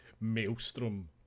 maelstrom